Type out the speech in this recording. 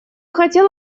хотел